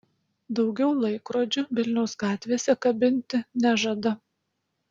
daugiau laikrodžių vilniaus gatvėse kabinti nežada